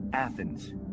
Athens